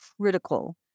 critical